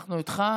אנחנו איתך.